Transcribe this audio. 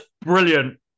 brilliant